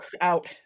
Out